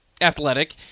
athletic